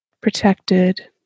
protected